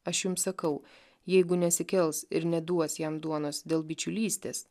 aš jums sakau jeigu nesikels ir neduos jam duonos dėl bičiulystės